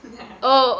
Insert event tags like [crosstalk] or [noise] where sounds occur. [laughs]